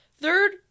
Third